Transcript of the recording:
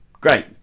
great